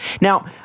now